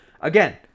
again